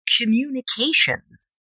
communications